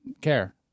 care